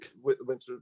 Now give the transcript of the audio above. winter